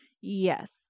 Yes